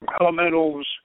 elementals